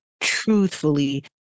Truthfully